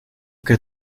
que